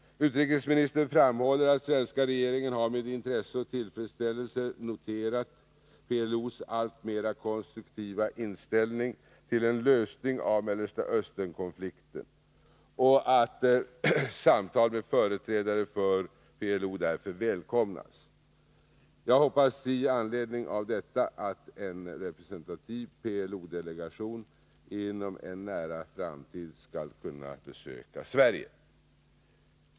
Utrikesministern framhåller att den svenska regeringen med intresse och tillfredsställelse har noterat PLO:s alltmer konstruktiva inställning till en lösning av Mellersta Östern-konflikten och att samtal med företrädare för PLO därför välkomnas. Jag hoppas i anledning av detta att en representativ PLO-delegation inom en nära framtid skall kunna besöka Sverige.